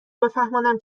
بفهمانم